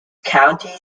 county